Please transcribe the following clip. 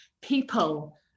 people